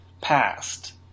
past